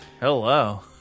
Hello